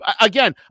Again